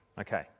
Okay